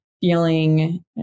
feeling